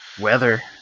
weather